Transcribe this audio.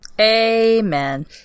Amen